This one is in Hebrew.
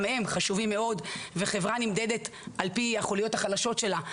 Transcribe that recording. גם הם חשובים מאוד וחברה נמדדת על פי החוליות החלשות שלה,